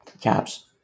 caps